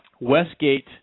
Westgate